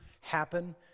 happen